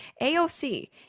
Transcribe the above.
AOC